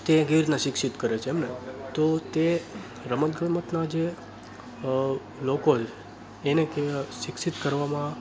તે શિક્ષિત કરે છે એમને તો તે રમતગમતના જે લોકો છે એને શિક્ષિત કરવામાં